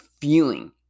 feeling